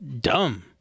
dumb